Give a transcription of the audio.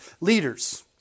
leaders